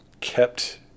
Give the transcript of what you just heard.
kept